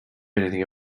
anything